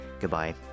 Goodbye